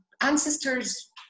ancestors